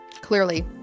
clearly